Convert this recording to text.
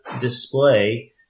display